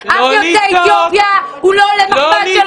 טוב, אף יוצא אתיופיה הוא לא עולה מחמד שלך.